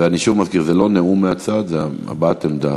אני שוב מזכיר: זה לא נאום מהצד, זו הבעת עמדה.